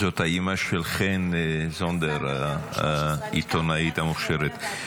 זאת האימא של חן זנדר, העיתונאית המוכשרת.